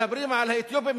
מדברים על האתיופים,